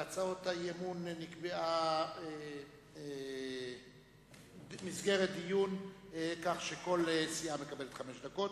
להצעות האי-אמון נקבעה מסגרת דיון כך שכל סיעה מקבלת חמש דקות.